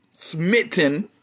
Smitten